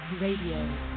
Radio